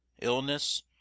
illness